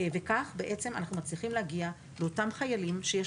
כך אנחנו מצליחים להגיע לאותם חיילים שיש